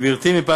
גברתי, מפאת